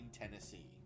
tennessee